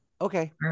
Okay